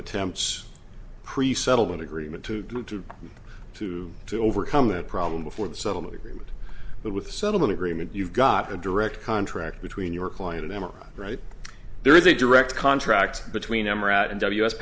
attempts pre settlement agreement to to to to overcome that problem before the settlement agreement but with the settlement agreement you've got a direct contract between your client emma right there is a direct contract between